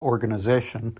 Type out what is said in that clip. organization